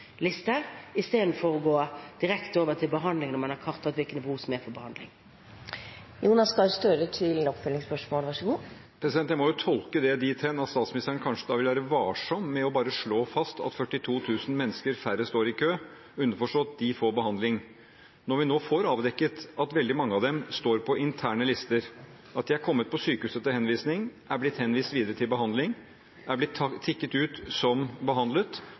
liste i stedet for gå direkte over til behandling når man har kartlagt behovene for behandling. Jeg må jo tolke det dit hen at statsministeren kanskje da vil være varsom med bare å slå fast at 42 000 færre mennesker står i kø, underforstått at de får behandling. Vi har nå fått avdekket at veldig mange av dem står på interne lister – de er kommet til sykehuset etter henvisning, er blitt henvist videre til behandling, er blitt tikket ut som behandlet,